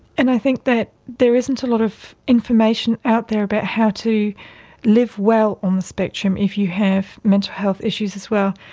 and i think that there isn't a lot of information out there about how to live well on the spectrum if you have mental health issues as well.